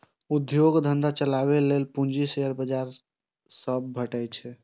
उद्योग धंधा चलाबै लेल पूंजी शेयर बाजार सं भेटै छै